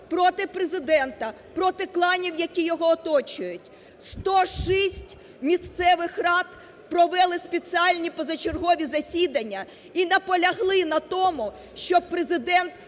проти Президента, проти кланів, які його оточують, 106 місцевих рад провели спеціальні позачергові засідання і наполягли на тому, щоб Президент